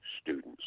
students